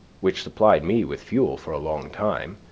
which supplied me with fuel for a long time,